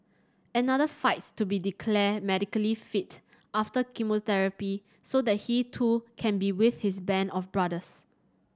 another fights to be declared medically fit after chemotherapy so that he too can be with his band of brothers